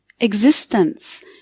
Existence